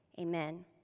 amen